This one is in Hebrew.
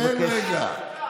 תן רגע.